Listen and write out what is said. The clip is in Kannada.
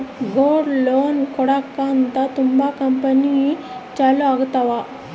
ಗೋಲ್ಡ್ ಲೋನ್ ಕೊಡಕ್ಕೆ ಅಂತ ತುಂಬಾ ಕಂಪೆನಿ ಚಾಲೂ ಆಗಿದಾವ